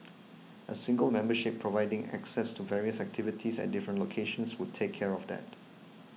a single membership providing access to various activities at different locations would take care of that